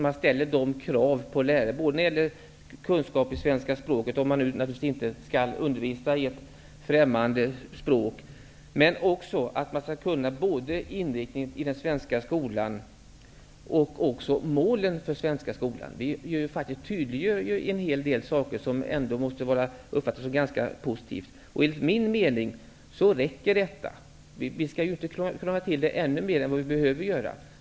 Man ställer de kraven både när det gäller kunskaper i svenska språket, om man inte skall undervisa i ett främmande språk, och när det gäller kunskaper om inriktningen i den svenska skolan och målen för den svenska skolan. Vi tydliggör en hel del som ändå måste uppfattas som ganska positivt. Enligt min mening räcker detta. Vi skall ju inte krångla till det ännu mer än vi behöver.